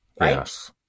Yes